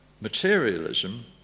materialism